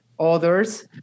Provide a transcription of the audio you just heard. Others